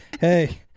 hey